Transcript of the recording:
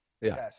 Yes